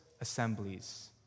assemblies